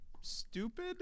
stupid